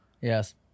Yes